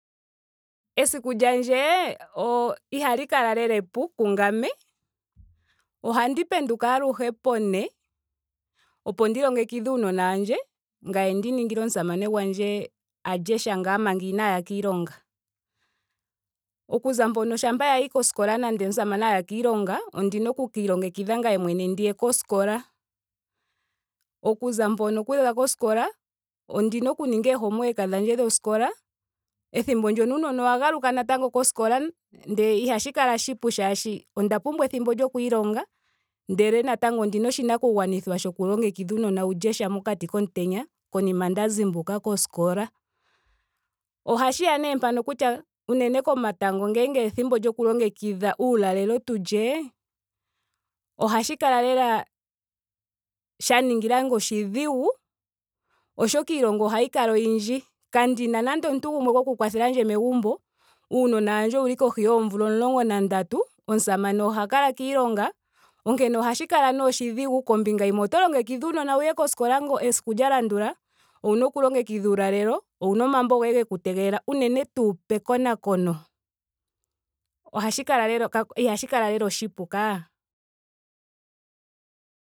Esiku lyandje ihali kala lela epu kungame. Ohandi penduka aluhe po ne. opo ndi longekidhe aanona wandje. ngame ndi ningile omusamane gwandje a lye sha ngaa manga inaaya kiilonga. Okuza mpono shampa yayi koskola nande omusamane aya kiilonga. ondina oku ka ilongekidha ngame mwene ndiye koskola. Okuza mpono okuza koskola ondina okuninga oo homework dhandje dhoskola. Ethmbo ndyoka uunona owa galuka natango koskola. ndele ihashi kala oshipu molwaashoka onda pumbwa ethimbo lyoku ilonga ndele natango ondina oshinakugwanithwa dhoku longekidhila aanona ya lye sha mokati komutenya konima nda zimbuka koskola. Ohashiya nee mpano kutya unene komatango ngele ethimbo lyoku longekidha uulalelo tu lye. ohashi kala lela sha ningilandje oshidhigu oshoka iilonga ohayi kala oyindji. Kandina nando omuntu gumwe goku kwathelandje megumbo uunona wandje wuli kohi yoomvula omulongo na ndatu. omusamane oha kala kiilonga. onkene ohashi kala nee oshidhigu kombinga yimwe oto longekidha uunona wuye koskola esiku lya landula. owuna oku longekidha uulalelo. owuna omambo goye geku tegelela. unene tuu pekonakono ohashi kala lela. ihashi kala lela oshipu kaa